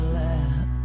let